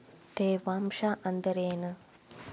ತೇವಾಂಶ ಅಂದ್ರೇನು?